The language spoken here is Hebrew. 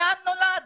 לאן נולדנו?